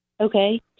Okay